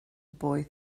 boy